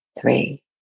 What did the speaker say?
three